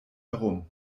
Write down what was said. herum